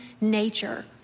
nature